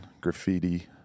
graffiti